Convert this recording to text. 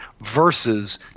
versus